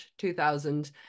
2000